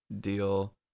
deal